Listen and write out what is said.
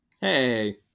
Hey